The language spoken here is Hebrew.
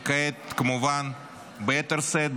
וכעת כמובן ביתר שאת,